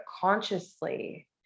consciously